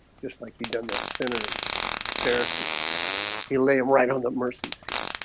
just like he done that sinner in the pharisees he lay them right on the mercy seat